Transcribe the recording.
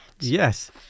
Yes